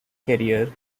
career